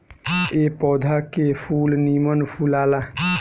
ए पौधा के फूल निमन फुलाला